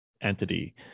entity